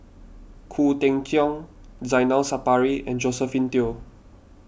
Khoo Cheng Tiong Zainal Sapari and Josephine Teo